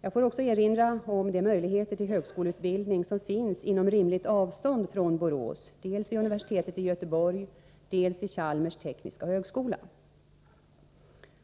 Jag får också erinra om de möjligheter till högskoleutbildning som finns inom rimligt avstånd från Borås, dels vid universitetet i Göteborg, dels vid Chalmers tekniska högskola.